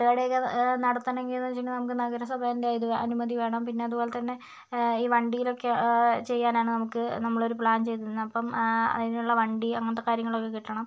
തട്ടുകടയൊക്കെ നടത്തണമെങ്കിൽ എന്ന് വെച്ചിട്ടുണ്ടെങ്കിൽ നമുക്ക് നഗര സഭേൻ്റെ ഇത് അനുമതി വേണം പിന്നെ അതുപോലെത്തന്നെ ഈ വണ്ടിലൊക്കെ ചെയ്യാനാണ് നമുക്ക് നമ്മളൊരു പ്ലാൻ ചെയ്യുന്നത് അപ്പം അതിനുള്ള വണ്ടി അങ്ങനത്തെ കാര്യങ്ങളൊക്കെ കിട്ടണം